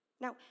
Now